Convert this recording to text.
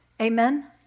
amen